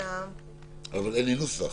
אבל אין לי נוסח.